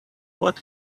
what